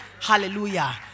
Hallelujah